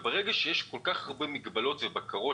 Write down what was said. ברגע שיש כל כך הרבה מגבלות ובקרות